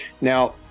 Now